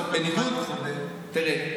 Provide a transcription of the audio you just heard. לך תדע,